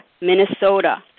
Minnesota